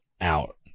out